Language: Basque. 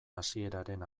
hasieraren